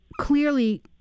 clearly